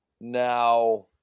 Now